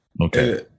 Okay